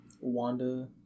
Wanda